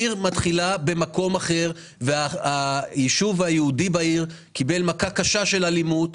צריך לזכור שהיישוב היהודי בעיר קיבל מכה קשה של אלימות,